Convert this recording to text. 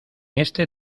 este